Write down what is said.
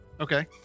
Okay